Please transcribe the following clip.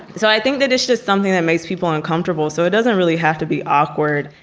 so i think that issue is something that makes people uncomfortable so it doesn't really have to be awkward.